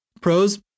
Pros